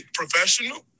professional